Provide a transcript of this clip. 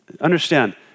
Understand